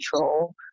control